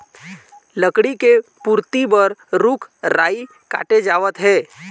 लकड़ी के पूरति बर रूख राई काटे जावत हे